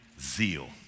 zeal